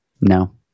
No